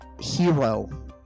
Hero